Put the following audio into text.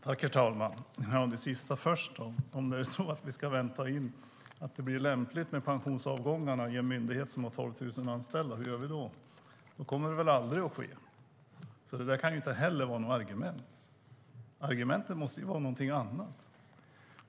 Herr talman! Jag börjar först med det sist sagda. Om det är så att vi ska vänta in att det blir lämpligt med pensionsavgångarna i en myndighet som har 12 000 anställda, hur gör vi då? Då kommer det aldrig att ske. Det kan inte heller vara något argument. Argumenten måste vara någonting annat.